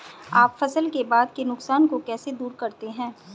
आप फसल के बाद के नुकसान को कैसे दूर करते हैं?